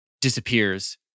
disappears